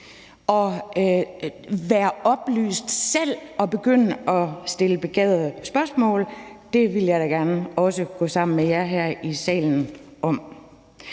at være oplyst og selv begynde at stille begavede spørgsmål. Det vil jeg da gerne også gå sammen med jer her i salen om.